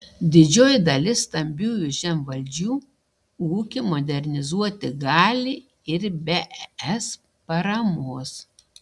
didžioji dalis stambiųjų žemvaldžių ūkį modernizuoti gali ir be es paramos